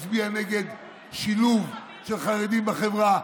מצביע נגד שילוב של חרדים בחברה,